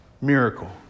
Miracle